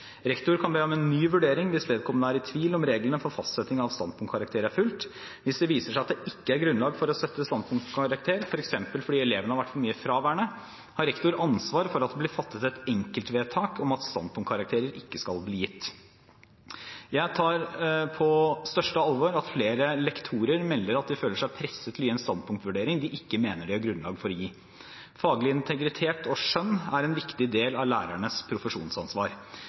Rektor kan be om ny vurdering hvis vedkommende er i tvil om reglene for fastsetting av standpunktkarakterer er fulgt. Hvis det viser seg at det ikke er grunnlag for å sette standpunktkarakter, f.eks. fordi eleven har vært for mye fraværende, har rektor ansvar for at det blir fattet et enkeltvedtak om at standpunktkarakterer ikke skal bli gitt. Jeg tar på største alvor at flere lektorer melder at de føler seg presset til å gi en standpunktvurdering de mener de ikke har grunnlag for å gi. Faglig integritet og skjønn er en viktig del av lærernes profesjonsansvar.